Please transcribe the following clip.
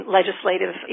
legislative